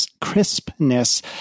crispness